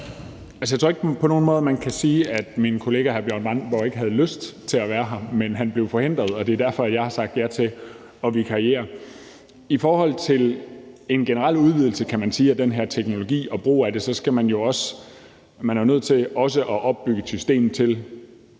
man på nogen måde kan sige, at min kollega hr. Bjørn Brandenborg ikke havde lyst til at være her. Men han blev forhindret, og det er derfor, jeg har sagt ja til at vikariere. I forhold til en generel udvidelse af den her teknologi og brug af den er man jo også nødt til